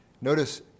notice